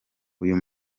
uyu